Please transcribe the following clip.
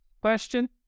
question